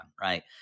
right